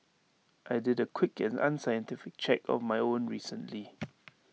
I did A quick and unscientific check of my own recently